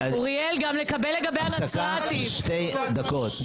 חבר הכנסת חוג'יראת, משפט לסיכום.